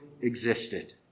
existed